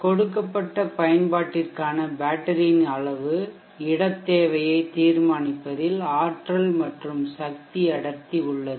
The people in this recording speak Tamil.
கொடுக்கப்பட்ட பயன்பாட்டிற்கான பேட்டரியின் அளவு இடத் தேவையை தீர்மானிப்பதில் ஆற்றல் மற்றும் சக்தி அடர்த்தி உள்ளது